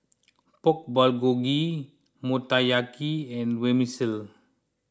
Pork Bulgogi Motoyaki and Vermicelli